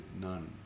none